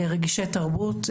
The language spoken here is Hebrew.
רגישי תרבות.